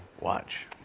watch